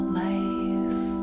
life